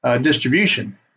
distribution